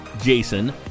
Jason